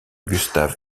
gustaf